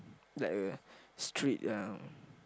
like uh street um